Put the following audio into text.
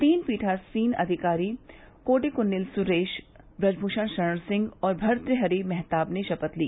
तीन पीठासीन अधिकारी कोडिक्न्नील सुरेश ब्रजभूषण शरण सिंह और भर्तहरि महताब ने शपथ ली